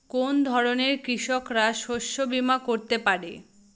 কোন ধরনের কৃষকরা শস্য বীমা করতে পারে?